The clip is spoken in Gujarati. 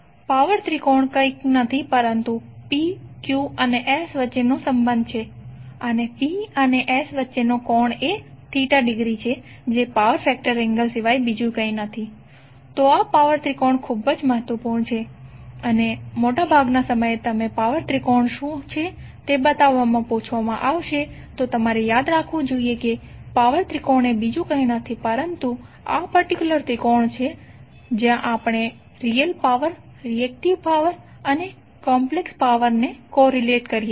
પાવર ત્રિકોણ કંઈ નથી પરંતુ P Q અને S વચ્ચેનો સંબંધ છે અને P અને S વચ્ચેનો કોણ એ ડિગ્રી છે જે પાવર ફેક્ટર એંગલ સિવાય કંઈ નથી તો આ પાવર ત્રિકોણ ખૂબ જ મહત્વપૂર્ણ છે અને મોટાભાગના સમયે તમને પાવર ત્રિકોણ શું છે તે બતાવવા માટે પૂછવામાં આવશે તો તમારે યાદ રાખવું જોઈએ કે પાવર ત્રિકોણ એ કંઈ નથી પરંતુ આ પર્ટિક્યુલર ત્રિકોણ છે જ્યાં આપણે રીયલ પાવર રિએકટીવ પાવર અને કોમ્પ્લેક્સ પાવર ને કોરીલેટ કરીએ છીએ